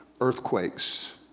Earthquakes